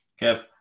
kev